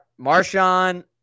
Marshawn